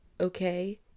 okay